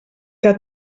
que